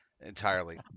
Entirely